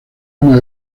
una